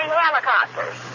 helicopters